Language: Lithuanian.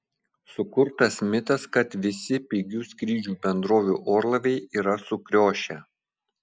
sukurtas mitas kad visi pigių skrydžių bendrovių orlaiviai yra sukriošę